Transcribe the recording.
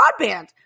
broadband